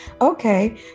Okay